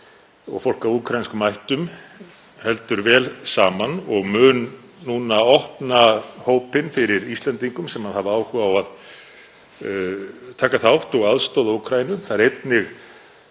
og fólk af úkraínskum ættum haldi vel saman og muni núna opna hópinn fyrir Íslendingum sem hafa áhuga á að taka þátt og aðstoða Úkraínu. Það er einnig